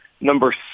number